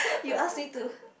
you ask me to